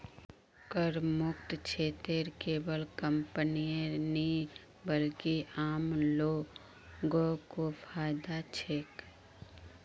करमुक्त क्षेत्रत केवल कंपनीय नी बल्कि आम लो ग को फायदा छेक